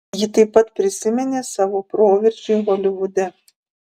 ji taip pat prisiminė savo proveržį holivude